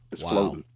Wow